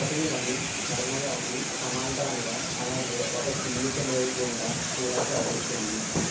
తపతీ నది నర్మదాకు సమాంతరంగా అలాగే ఒక చీలిక లోయ గుండా కూడా ప్రవహిస్తుంది